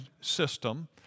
system